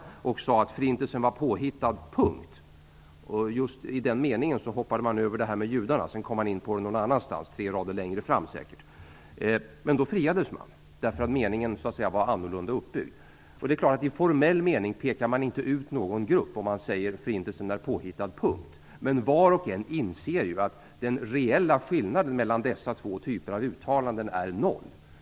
Man sade bara att förintelsen är påhittad, och hoppade just i den meningen över satsen med judarna för att sedan komma in på den någon annanstans, t.ex. tre rader längre fram. I dessa fall friades man, därför att meningen var annorlunda uppbyggd. I formell mening pekar man ju inte ut någon grupp om man säger att förintelsen är påhittad - men var och en inser att den reella skillnaden mellan dessa två typer av uttalanden är noll.